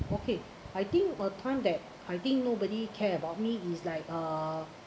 okay I think uh time that I think nobody care about me is like uh